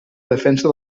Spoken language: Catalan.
defensa